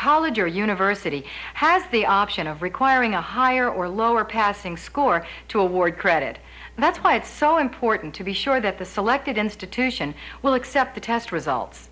college or university has the option of requiring a higher or lower passing score to award credit that's why it's so important to be sure that the selected institution will accept the test results